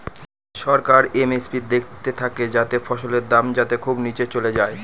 সরকার MSP দেখতে থাকে যাতে ফসলের দাম যাতে খুব নীচে চলে যায়